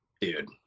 dude